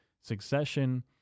succession